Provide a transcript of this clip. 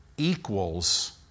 Equals